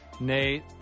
Nate